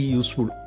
useful